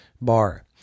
bar